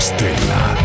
Stella